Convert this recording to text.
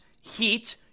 Heat